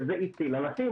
וזה הציל אנשים.